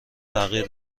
تغییر